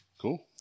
cool